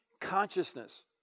consciousness